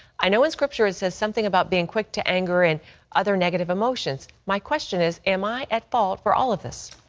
i know in scripture it says something about being quick to anger and other negative emotions. my question is am i at fault for all of this?